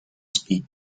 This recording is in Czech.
spí